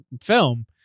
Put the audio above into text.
film